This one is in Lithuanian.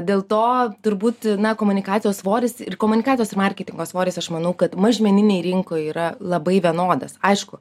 dėl to turbūt na komunikacijos svoris ir komunikacijos ir marketingo svoris aš manau kad mažmeninėje rinkoje yra labai vienodas aišku